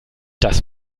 dass